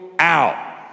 out